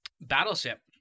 Battleship